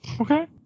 Okay